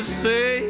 say